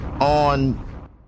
on